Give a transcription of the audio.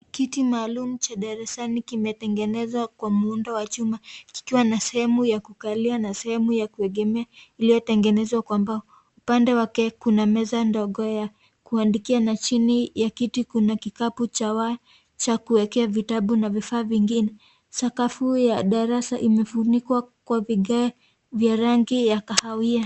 Kiti maalum cha darasani kimetengenezwa kwa muundo wa chuma kikiwa na sehemu ya kukalia na sehemu ya kuekemea iliyotengenezwa kwa mbao. Upande wake kuna meza ndogo ya kuandikia na chini ya kiti kuna kikapu cha kuwekea vitabu na vifaa vingine. Sakafu ya darasa imefunikwa kwa vikae vya rangi ya kahawia.